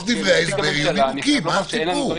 בתוך דברי ההסבר יהיו נימוקים, מה הסיפור?